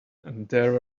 there